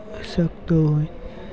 શકતો હોય